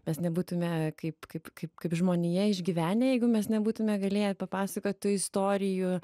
mes nebūtume kaip kaip kaip kaip žmonija išgyvenę jeigu mes nebūtume galėję papasakot tų istorijų